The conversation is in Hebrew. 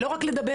לא רק לדבר.